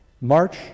March